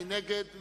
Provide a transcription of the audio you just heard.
מי נגד?